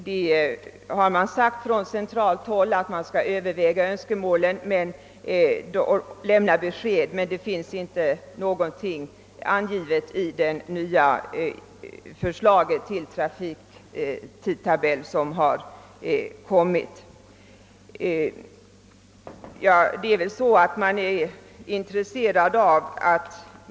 Det har från centralt håll uttalats att önskemålen skall övervägas och besked härom skall lämnas. I det nya förslag till trafiktidtabell, som utgivits, har emellertid inte några sådana uppehåll angivits.